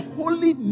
holy